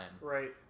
Right